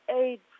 aid